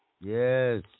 Yes